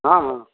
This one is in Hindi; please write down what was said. हाँ हाँ